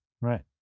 Right